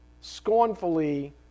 scornfully